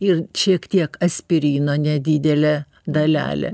ir šiek tiek aspirino nedidelė dalelė